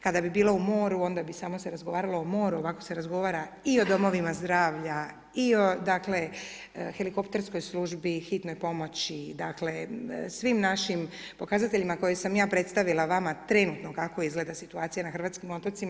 Kada bi bilo u moru onda bi samo se razgovaralo o moru ovako se razgovara i o domovima zdravlja i o dakle helikopterskoj službi, hitnoj pomoći dakle svim našim pokazateljima koje sam ja predstavila vama trenutno kako izgleda situacija na hrvatskim otocima.